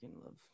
love